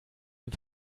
dem